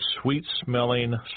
sweet-smelling